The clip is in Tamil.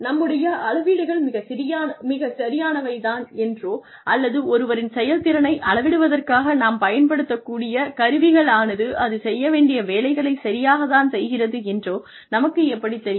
நம்முடைய அளவீடுகள் மிகச்சரியானவை தான் என்றோ அல்லது ஒருவரின் செயல்திறனை அளவிடுவதற்காக நாம் பயன்படுத்திய கருவிகள் ஆனது அது செய்ய வேண்டிய வேலையைச் சரியாக தான் செய்கிறது என்றோ நமக்கு எப்படித் தெரியும்